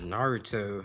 Naruto